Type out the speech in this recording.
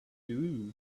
too